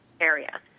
area